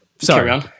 sorry